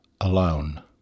alone